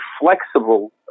flexible